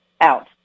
out